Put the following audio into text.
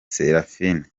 seraphine